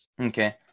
Okay